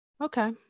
okay